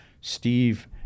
Steve